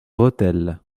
rethel